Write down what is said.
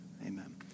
Amen